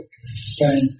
Spain